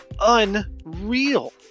unreal